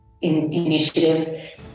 initiative